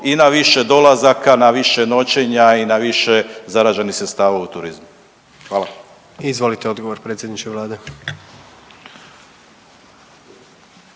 i na više dolazaka, na više noćenja i na više zarađenih sredstava u turizmu. Hvala. **Jandroković, Gordan